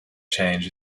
change